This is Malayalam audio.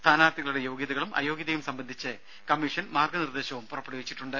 സ്ഥാനാർത്ഥികളുടെ യോഗ്യതകളും അയോഗ്യതയും സംബന്ധിച്ച് കമ്മീഷൻ മാർഗ നിർദേശവും പുറപ്പെടുവിച്ചിട്ടുണ്ട്